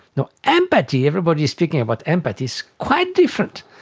you know empathy, everybody is speaking about empathy, is quite different,